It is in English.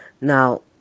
Now